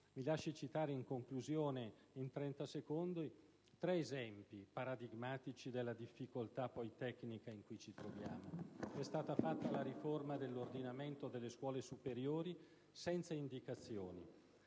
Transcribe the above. mi lasci citare alcuni esempi paradigmatici delle difficoltà tecniche in cui ci troviamo. È stata fatta la riforma dell'ordinamento delle scuole superiori senza indicazioni: